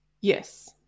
Yes